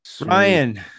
Ryan